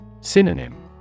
Synonym